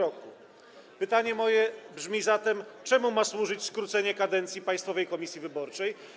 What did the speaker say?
Moje pytanie brzmi zatem: Czemu ma służyć skrócenie kadencji Państwowej Komisji Wyborczej?